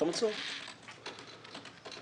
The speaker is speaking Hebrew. אי-אפשר לקבוע שזה יהיה ב-1 בינואר והם יפרסמו את זה עוד שבוע.